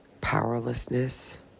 powerlessness